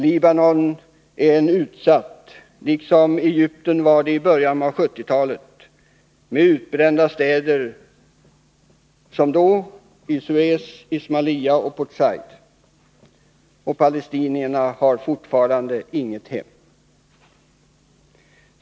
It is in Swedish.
Libanon är nu utsatt, liksom Egypten var det i början av 1970-talet, med utbrända städer som Suez, Ismailia och Port Said. Palestinierna har fortfarande inget hem.